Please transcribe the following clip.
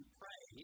pray